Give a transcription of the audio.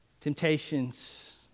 Temptations